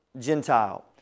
Gentile